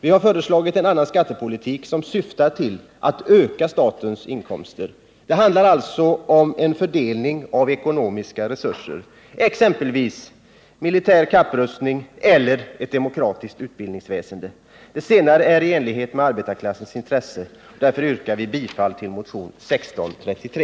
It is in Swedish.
Vi har föreslagit en annan skattepolitik, som syftar till att öka statens inkomster. Det handlar alltså om en fördelning av ekonomiska resurser, exempelvis en fördelning antingen på militär kapprustning eller på ett demokratiskt utbildningsväsende. Det senare är i enlighet med arbetarklassens intressen, och därför yrkar jag bifall till motionen 1633.